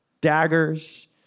daggers